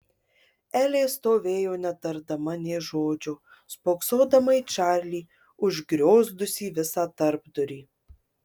elė stovėjo netardama nė žodžio spoksodama į čarlį užgriozdusį visą tarpdurį